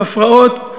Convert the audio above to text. בפרעות,